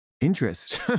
interest